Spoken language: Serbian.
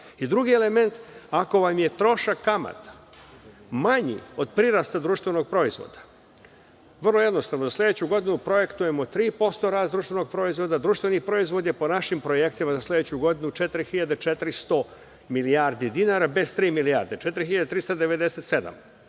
element, ako vam je prošla kamata manja od prirasta društvenog proizvoda, vrlo jednostavno, za sledeću godinu projektujemo 3% rasta društvenog proizvoda. Društveni proizvod je po našim projekcijama za sledeću godinu 4.400 milijardi dinara bez tri milijarde, 4.397